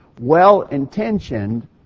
Well-intentioned